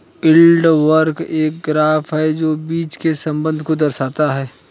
yield curve एक graph है जो बीच के संबंध को दर्शाता है